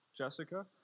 Jessica